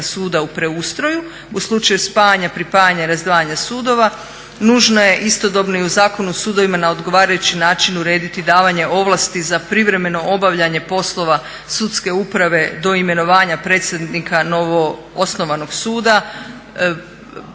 suda u preustroju, u slučaju spajanja, pripajanja i razdvajanja sudova nužno je istodobno i u Zakonu o sudovima na odgovarajući način urediti davanje ovlasti za privremeno obavljanje poslova sudske uprave do imenovanja predsjednika novoosnovanog suda,